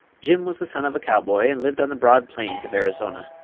jim was the son of a cowboy, and lived on the broad plains of arizona.